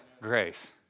grace